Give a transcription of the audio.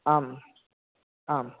आम् आम्